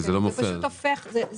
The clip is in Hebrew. אם